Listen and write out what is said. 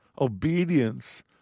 Obedience